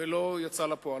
ולא יצא לפועל.